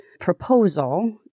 proposal